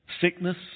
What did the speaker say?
sickness